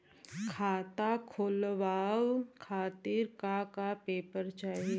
खाता खोलवाव खातिर का का पेपर चाही?